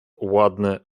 ładne